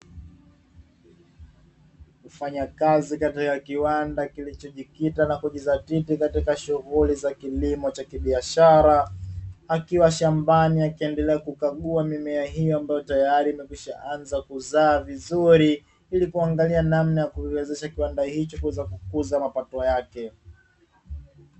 Mfanyakazi katika kiwanda kilichojikitia na kujizatiti katika shughuli za kilimo cha kibiashara akiwa shambani akiendelea kukagua mimea hii, ambayo tayari imekwisha anza kuzaa vizuri ili kuangalia namna ya kuwezesha kiwanda hicho kuweza kukuza mapato yake.